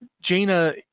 Jaina